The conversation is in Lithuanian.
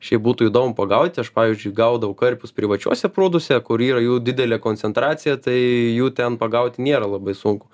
šiaip būtų įdomu pagauti aš pavyzdžiui gaudau karpius privačiuose prūduose kur yra jų didelė koncentracija tai jų ten pagaut nėra labai sunku